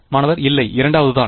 மாணவர்இல்லை இரண்டாவது தான்